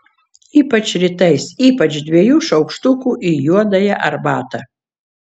ypač rytais ypač dviejų šaukštukų į juodąją arbatą